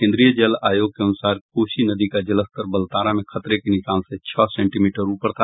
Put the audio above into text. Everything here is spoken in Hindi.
केंद्रीय जल आयोग के अनुसार कोसी नदी का जलस्तर बलतारा में खतरे के निशान से छह सेंटीमीटर ऊपर था